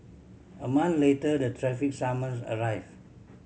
a month later the traffic summons arrived